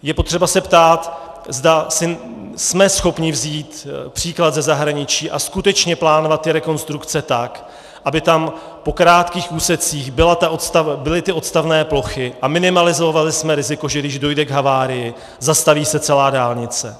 Je potřeba se ptát, zda si jsme schopni vzít příklad ze zahraničí a skutečně plánovat ty rekonstrukce tak, aby tam po krátkých úsecích byly ty odstavné plochy a minimalizovali jsme riziko, že když dojde k havárii, zastaví se celá dálnice.